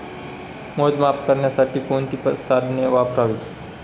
मोजमाप करण्यासाठी कोणती साधने वापरावीत?